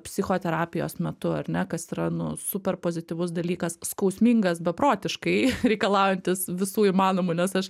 psichoterapijos metu ar ne kas yra nu super pozityvus dalykas skausmingas beprotiškai reikalaujantis visų įmanomų nes aš